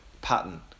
Pattern